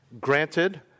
Granted